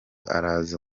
araza